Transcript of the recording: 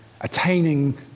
attaining